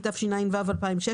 התשע"ו-2016,